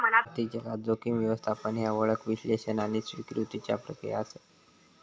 आर्थिक जगात, जोखीम व्यवस्थापन ह्या ओळख, विश्लेषण आणि स्वीकृतीच्या प्रक्रिया आसत